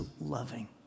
loving